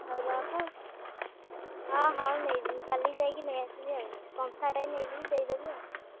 ହଉ ରଖ ଆଉ ହଁ ହଉ ନେଇଯିବି କାଲି ଯାଇକି ନେଇଆସିବି ଆଉ କଂସାଟାଏ ନେଇଯିବି ଦେଇଦେବୁ ଆଉ କ